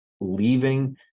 leaving